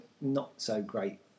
not-so-great